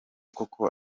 koko